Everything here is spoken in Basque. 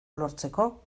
lortzeko